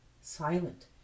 silent